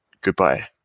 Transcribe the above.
Goodbye